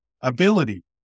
ability